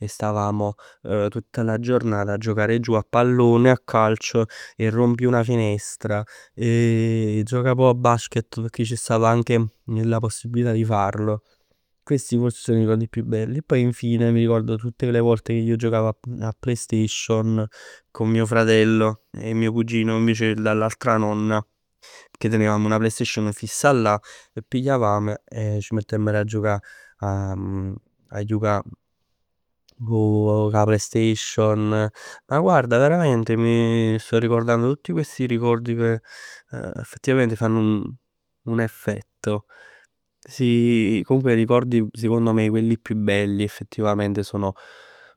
E stavamo tutta la giornata a giocare giù a pallone, a calcio e rompi una finestra, e gioca pò a basket pecchè c' stav anche la possibilità di farlo. Questi forse so 'e ricordi più belli. E poi alla fine mi ricordo tutte le volte che io giocavo a PlayStation con mio fratello e mio cugino invece dall'altra nonna. Pecchè tenevamo una PlayStation fissa là, pigliavamo e c' mettiemmero a giocà, a jucà cu 'a PlayStation. Ma guarda veramente mi sto ricordando tutti questi ricordi che effettivamente fanno un effetto. Sì, comunque ricordi secondo me quelli più belli sono,